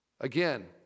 Again